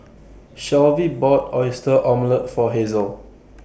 Shelvie bought Oyster Omelette For Hazel